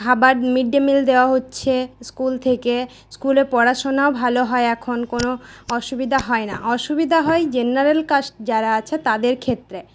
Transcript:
খাবার mid day meal দেওয়া হচ্ছে স্কুল থেকে স্কুলে পড়াশোনাও ভালো হয় এখন কোনও অসুবিধা হয় না অসুবিধা হয় জেনারেল কাস্ট যারা আছে তাদের ক্ষেত্রে